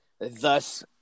thus